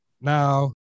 now